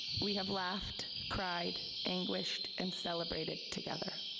we have laughed, cried, anguished, and celebrated together.